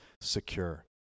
secure